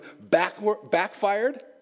backfired